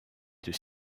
deux